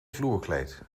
vloerkleed